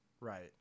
Right